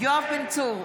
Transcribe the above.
יואב בן צור,